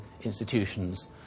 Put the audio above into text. institutions